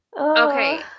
okay